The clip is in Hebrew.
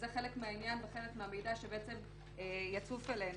זה חלק מהעניין וחלק מהמידע שיצוף אלינו.